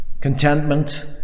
Contentment